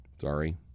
Sorry